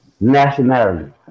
nationality